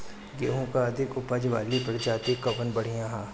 गेहूँ क अधिक ऊपज वाली प्रजाति कवन बढ़ियां ह?